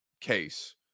case